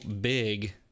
big